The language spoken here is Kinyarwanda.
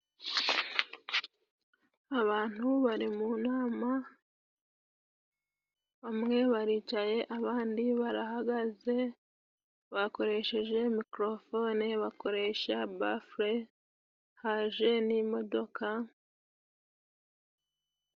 Abantu bari mu nama bamwe baricaye abandi barahagaze, bakoresheje mikrofone bakoresha bafle haje n'imodoka.